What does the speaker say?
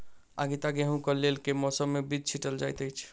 आगिता गेंहूँ कऽ लेल केँ मौसम मे बीज छिटल जाइत अछि?